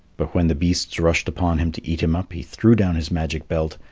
but when the beasts rushed upon him to eat him up he threw down his magic belt,